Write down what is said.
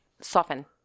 soften